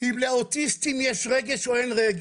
אם לאוטיסטים יש רגש או לא.